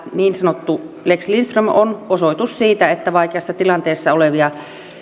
niin sanottu lex lindström on osoitus siitä että vaikeassa tilanteessa olevia